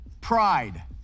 pride